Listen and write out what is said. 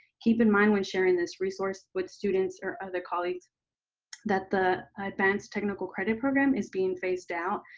keep in mind when sharing this resource with students or other colleagues that the advanced technical credit program is being phased out,